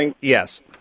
Yes